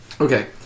Okay